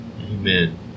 Amen